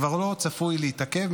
כבר לא צפוי להתעכב,